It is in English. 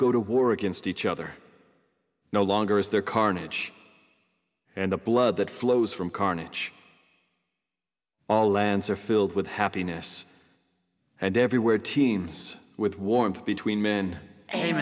go to war against each other no longer is there carnage and the blood that flows from carnage all lands are filled with happiness and everywhere teens with warmth between men and